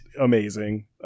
amazing